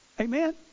Amen